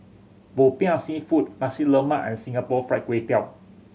Popiah Seafood Nasi Lemak and Singapore Fried Kway Tiao